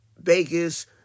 Vegas